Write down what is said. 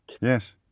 Yes